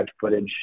footage